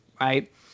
right